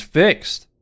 fixed